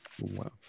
Wow